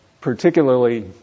particularly